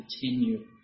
continue